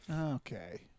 Okay